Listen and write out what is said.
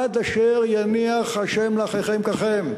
"עד אשר יניח ה' לאחיכם ככם",